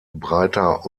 breiter